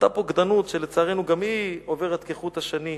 אותה בוגדנות, שלצערנו גם היא עוברת כחוט השני,